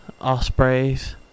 Ospreys